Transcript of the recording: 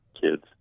kids